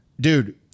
dude